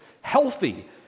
healthy